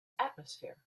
atmosphere